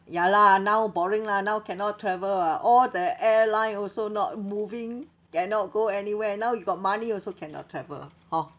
ya lah now boring lah now cannot travel ah all the airline also not moving cannot go anywhere now you got money also cannot travel hor